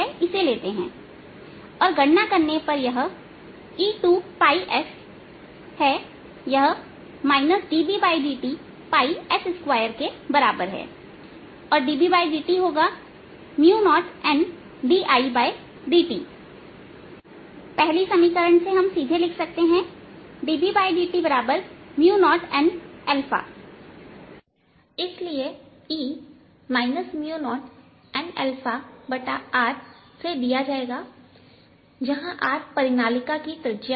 इसे लेते हैं और गणना करने पर यह E2S है यह dBdts2के बराबर है और dBdt होगा 0ndIdt और पहली समीकरण से हम इसे सीधे लिख सकते है कि dBdt 0n इसलिए E 0 nR2से दिया जाएगाजहां R परिनालिका की त्रिज्या है